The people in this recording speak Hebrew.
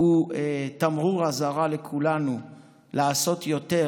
הוא תמרור אזהרה לכולנו לעשות יותר